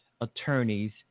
Attorneys